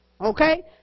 okay